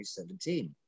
2017